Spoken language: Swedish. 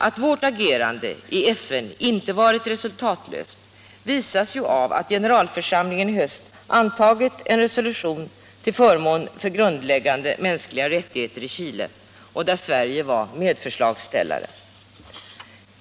Att vårt agerande i FN inte varit resultatlöst visas ju av att generalförsamlingen i höst antagit en resolution till förmån för grundläggande mänskliga rättigheter i Chile, med Sverige som medförslagsställare.